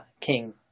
King